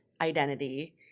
identity